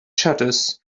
shutters